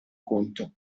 conto